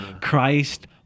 Christ